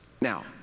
Now